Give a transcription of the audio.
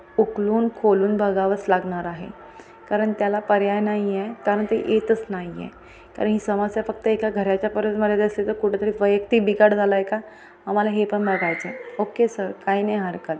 उकलून खोलून बघावंच लागणार आहे कारण त्याला पर्याय नाही आहे कारण ते येतच नाही आहे कारण ही समस्या फक्त एका घराच्या परत असती तर कुठेतरी वैयक्तीक बिघाड झाला आहे का आम्हाला हे पण बघायचं ओके सर काय नाही हरकत